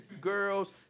girls